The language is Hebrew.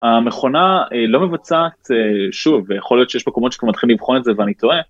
המכונה לא מבצעת, שוב, יכול להיות שיש מקומות שאתם מתחילים לבחון את זה ואני טועה.